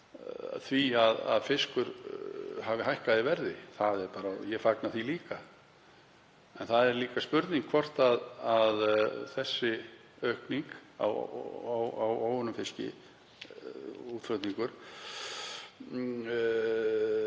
því að fiskur hafi hækkað í verði. Ég fagna því líka. En það er líka spurning hvort þessi aukning á óunnum fiski, útflutningur,